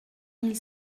mille